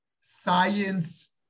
science